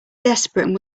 desperate